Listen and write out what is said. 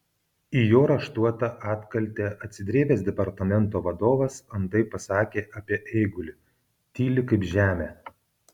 į jo raštuotą atkaltę atsidrėbęs departamento vadovas andai pasakė apie eigulį tyli kaip žemė